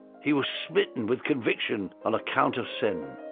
he was smitten with conviction on account of sin,